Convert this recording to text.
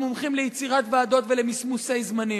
המומחים ליצירת ועדות ולמסמוסי זמנים,